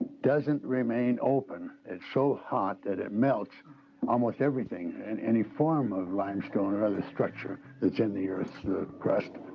doesn't remain open. it's so hot that it melts almost everything, and any form of limestone or other structure that's in the earth, the crust.